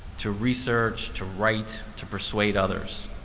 to research, to write, to persuade others.